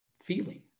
feeling